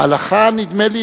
ההלכה נדמה לי